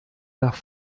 nach